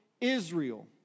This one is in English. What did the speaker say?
Israel